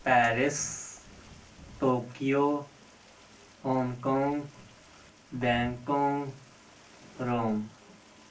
Paris Tokyo Hong Kong Bangkok Rome